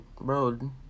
bro